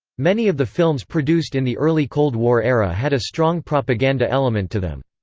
many of the films produced in the early cold war era had a strong propaganda element to them.